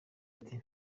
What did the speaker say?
ati